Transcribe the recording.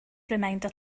reminder